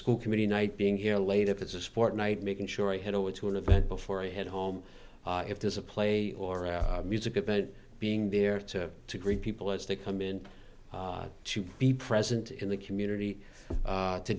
school committee night being here late if it's a sport night making sure i head over to an event before i head home if there's a play or a music event being there to greet people as they come in to be present in the community